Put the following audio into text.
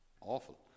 awful